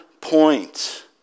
point